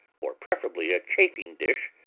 or preferably a chafing dish,